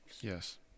Yes